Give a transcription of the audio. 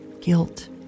guilt